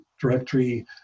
directory